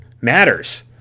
matters